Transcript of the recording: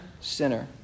sinner